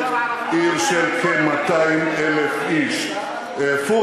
אשקלון, בדרך להיות עיר של כ-200,000 איש ב-2020.